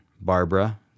Barbara